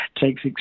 Takes